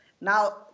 Now